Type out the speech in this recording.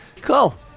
cool